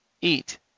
eat